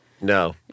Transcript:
No